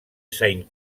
saint